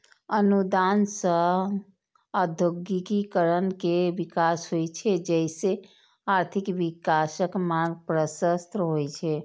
अनुदान सं औद्योगिकीकरण के विकास होइ छै, जइसे आर्थिक विकासक मार्ग प्रशस्त होइ छै